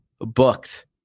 booked